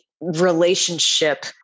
relationship